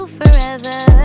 forever